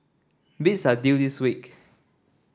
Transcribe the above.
bids are due this week